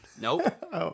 Nope